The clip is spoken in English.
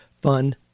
fun